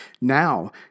Now